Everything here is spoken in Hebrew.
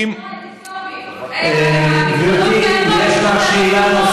אוכפים את זה,